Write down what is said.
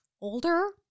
older